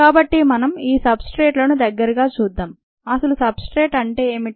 కాబట్టి మనం ఈ సబ్ స్ట్రేట్ లను దగ్గరగా చూద్దాం అసలు సబ్ స్ట్రేట్ అంటే ఏమిటి